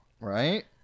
Right